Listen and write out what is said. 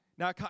Now